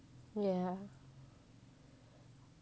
yeah